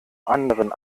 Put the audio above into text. anderen